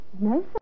No